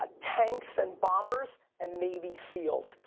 ah tanks and bombers and navy seals,